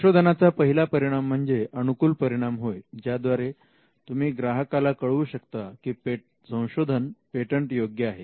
संशोधनाचा पहिला परिणाम म्हणजे अनुकूल परिणाम होय ज्याद्वारे तुम्ही ग्राहकाला कळवू शकता की संशोधन पेटंट योग्य आहे